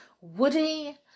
Woody